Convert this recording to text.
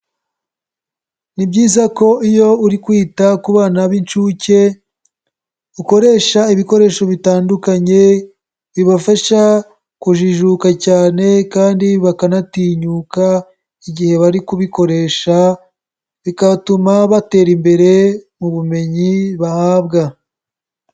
Ni byiza ko iyo uri kwita ku bana b'inshuke ukoresha ibikoresho bitandukanye bibafasha kujijuka cyane kandi bakanatinyuka igihe bari kubikoresha. Bikatuma batera imbere mu bumenyi bahabwa.